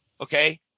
Okay